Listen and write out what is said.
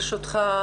ברשותך,